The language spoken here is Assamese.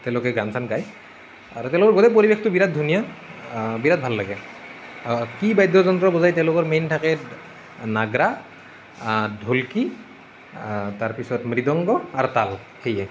তেওঁলোকে গান চান গায় আৰু তেওঁলোকৰ গোটেই পৰিৱেশটো বিৰাট ধুনীয়া বিৰাট ভাল লাগে কি বাদ্যযন্ত্ৰ বজায় তেওঁলোকৰ মেইন থাকে নাগাৰা ধোলকি তাৰপিছত মৃদংগ আৰু তাল সেয়ে